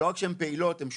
לא רק שהן פעילות, הן שותפות.